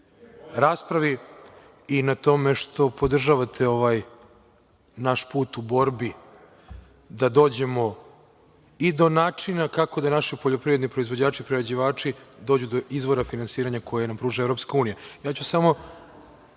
i na tome što podržavate naš put u borbi da dođemo i do načina kako da naši poljoprivredni proizvođači i prerađivači dođu do izvora finansiranja koje nam pruža EU.Ja ću samo,